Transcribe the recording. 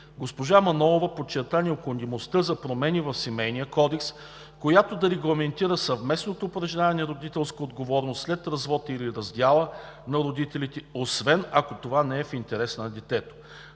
Госпожа Манолова подчерта необходимостта за промяна в Семейния кодекс, която да регламентира съвместно упражняване на родителската отговорност след развод или раздяла на родителите освен ако това не е в интерес на детето.